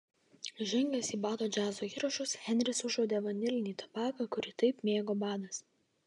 žengęs į bado džiazo įrašus henris užuodė vanilinį tabaką kurį taip mėgo badas